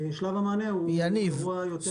שלב המענה הוא אירוע יותר מאתגר --- יניב,